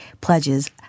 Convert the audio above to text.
pledges